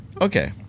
Okay